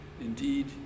indeed